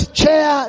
chair